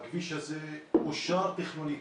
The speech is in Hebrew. הכביש הזה אושר תכנונית.